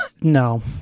No